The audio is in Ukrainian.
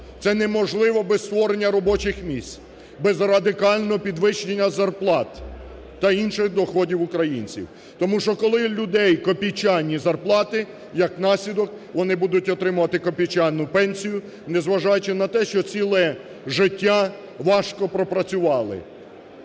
це неможливо без створення робочих місць, без радикального підвищення зарплат та інших доходів українців, тому що, коли у людей копійчані зарплати, як наслідок, вони будуть отримувати копійчану пенсію, незважаючи на те, що ціле життя важко пропрацювали.